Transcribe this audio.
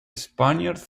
spaniards